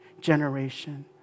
generation